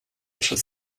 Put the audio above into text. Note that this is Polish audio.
przez